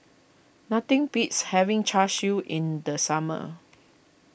nothing beats having Char Siu in the summer